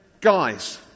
guys